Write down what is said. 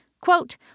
Quote